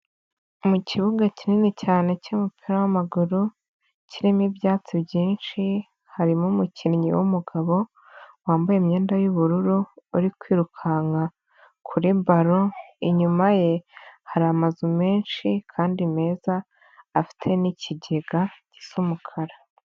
Mu kibuga kinini cyane cy'umupira w'amaguru kirimo ibyatsi byinshi, harimo umukinnyi w'umugabo wambaye imyenda y'ubururu, uri kwirukanka kuri balo, inyuma ye hari amazu menshi kandi meza afite n'ikigega gisa umukara.